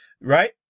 Right